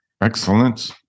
Excellent